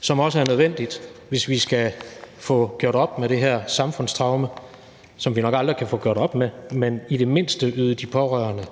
som også er nødvendigt, hvis vi skal få gjort op med det her samfundstraume, som vi nok aldrig kan få gjort op med, men vi kan i det mindste yde de pårørende